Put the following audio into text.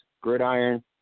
gridiron